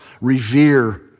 revere